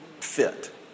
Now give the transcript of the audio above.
fit